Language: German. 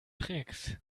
tricks